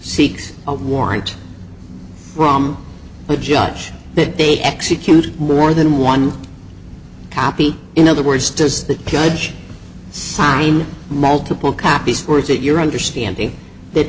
seeks a warrant from the judge that they execute more than one copy in other words does the judge sign multiple copies or is it your understanding that